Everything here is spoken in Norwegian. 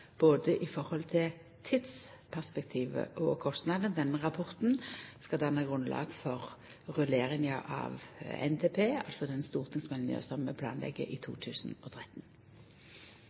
både i forhold til tidsperspektivet og kostnadene. Denne rapporten skal danna grunnlag for rulleringa av NTP, altså den stortingsmeldinga som vi planlegg i 2013.